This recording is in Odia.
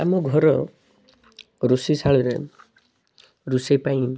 ଆମ ଘର ରୋଷେଇ ଶାଳରେ ରୋଷେଇ ପାଇଁ